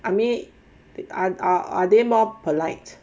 I mean they are are they more polite